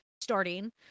starting